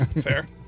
Fair